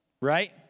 right